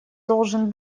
должен